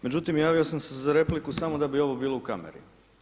Međutim, javio sam se za repliku samo da bi ovo bilo u kameri.